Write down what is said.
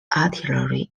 artillery